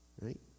right